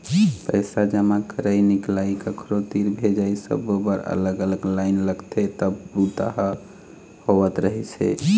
पइसा जमा करई, निकलई, कखरो तीर भेजई सब्बो बर अलग अलग लाईन लगथे तब बूता ह होवत रहिस हे